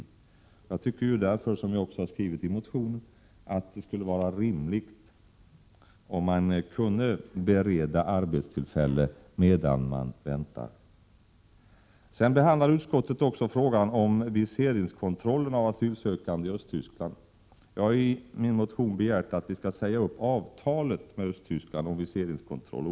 Därför tycker jag, som det står i motionen, att det skulle vara rimligt att bereda flyktingarna arbete medan de väntar på att deras ärenden skall behandlas. Utskottet behandlar också frågan om viseringskontrollen i Östtyskland av asylsökande. Jag har i min motion begärt att vi skall säga upp ”avtalet” med Östtyskland om viseringskontroll.